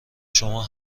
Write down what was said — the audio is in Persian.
شما